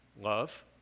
love